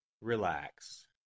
Relax